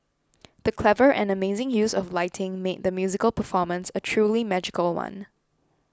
the clever and amazing use of lighting made the musical performance a truly magical one